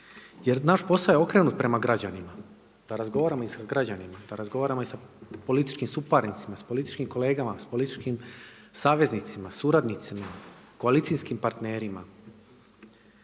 Jer naš posao je okrenut prema građanima, da razgovaramo i sa građanima, da razgovaramo i sa političkim suparnicima, sa političkim kolegama, sa političkim saveznicima, suradnicima, koalicijskim partnerima,